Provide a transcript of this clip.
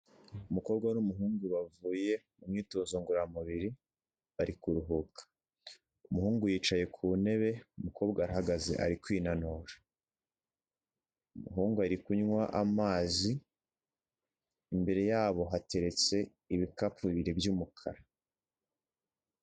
Umukobwa n'umuhungu bavuye mu myitozo ngororamubiri bari kuruhuka, umuhungu yicaye ku ntebe, umukobwa ahagaze ari kwinanura, umuhungu ari kunywa amazi, imbere yabo hateretse ibikapu bibiri by'umukara.